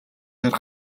дээр